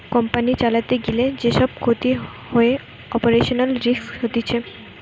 company চালাতে গিলে যে সব ক্ষতি হয়ে অপারেশনাল রিস্ক হতিছে